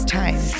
time